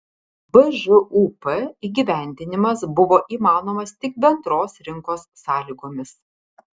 bžūp įgyvendinimas buvo įmanomas tik bendros rinkos sąlygomis